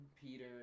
Peter